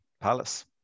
Palace